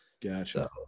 Gotcha